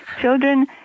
Children